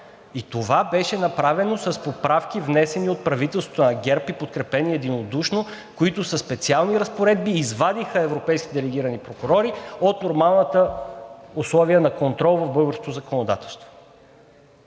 И това беше направено с поправки, внесени от правителството на ГЕРБ и подкрепени единодушно, които със специални разпоредби извадиха европейските делегирани прокурори от нормалните условия на контрол в българското законодателство.